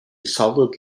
solid